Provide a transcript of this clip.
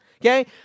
Okay